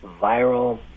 viral